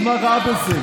מה רע בזה?